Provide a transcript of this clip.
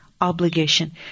obligation